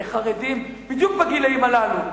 לחרדים בדיוק בגילים הללו,